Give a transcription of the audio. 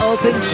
Open